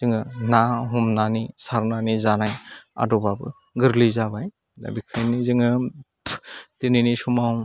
जोङो ना हमनानै सारनानै जानाय आदबाबो गोरलै जाबाय दा बेखायनो जोङो दिनैनि समाव